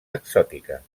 exòtiques